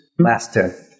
Master